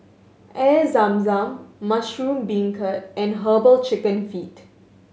Air Zam Zam mushroom beancurd and Herbal Chicken Feet